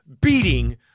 beating